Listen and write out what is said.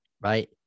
right